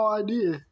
idea